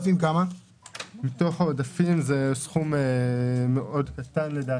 מתוך העודפים זה סכום קטן מאוד.